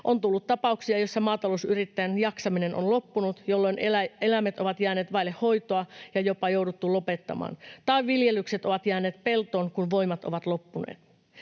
On tullut tapauksia, joissa maatalousyrittäjän jaksaminen on loppunut, jolloin eläimet ovat jääneet vaille hoitoa ja on jopa jouduttu lopettamaan, tai viljelykset ovat jääneet peltoon, kun voimat ovat loppuneet.